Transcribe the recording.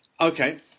Okay